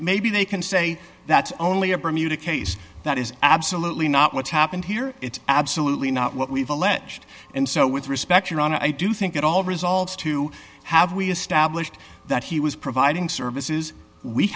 maybe they can say that's only a bermuda case that is absolutely not what's happened here it's absolutely not what we've alleged and so with respect your honor i do think it all resolves to have we established that he was providing services we